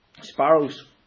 Sparrows